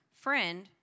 Friend